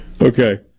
Okay